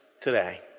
today